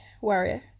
Warrior